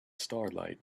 starlight